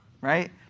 right